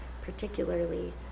particularly